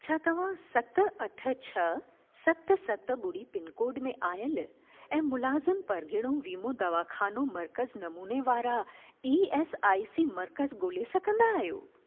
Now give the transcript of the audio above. छा तव्हां सत अठ सत सत ॿुड़ी पिनकोड में आयल ऐं मुलाज़िम परगिणो वीमो दवाख़ानो मर्कज़ नमूने वारा ई एस आई सी मर्कज़ ॻोल्हे सघंदा आहियो